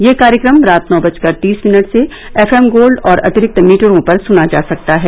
यह कार्यक्रम रात नौ बजकर तीस मिनट से एफएम गोल्ड और अतिरिक्त मीटरों पर सुना जा सकता है